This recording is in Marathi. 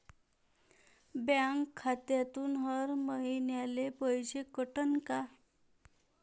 बँक खात्यातून हर महिन्याले पैसे कटन का?